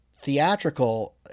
Theatrical